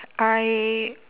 I